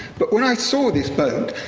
but when i saw this boat,